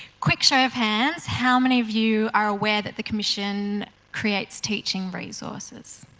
quick show of hands, how many of you are aware that the commission creates teaching resources?